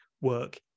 work